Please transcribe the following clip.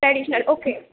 traditional okay